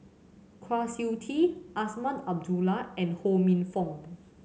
Kwa Siew Tee Azman Abdullah and Ho Minfong